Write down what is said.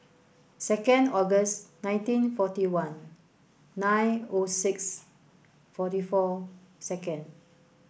second August nineteen forty one nine O six forty four second